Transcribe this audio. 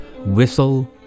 whistle